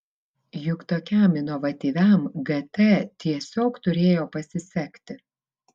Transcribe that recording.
juk tokiam inovatyviam gt tiesiog turėjo pasisekti